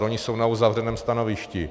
Oni jsou na uzavřeném stanovišti.